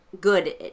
good